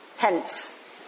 Hence